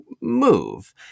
move